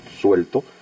suelto